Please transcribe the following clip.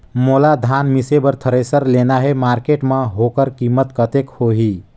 मोला धान मिसे बर थ्रेसर लेना हे मार्केट मां होकर कीमत कतेक होही?